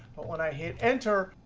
but when i hit enter,